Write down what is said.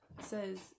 says